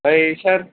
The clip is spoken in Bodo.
ओरै सार